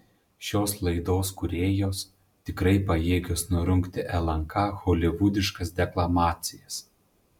šios laidos kūrėjos tikrai pajėgios nurungti lnk holivudiškas deklamacijas